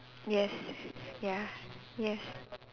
yes ya yes